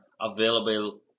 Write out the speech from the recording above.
available